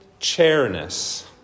chairness